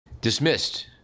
dismissed